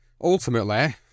ultimately